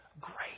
Great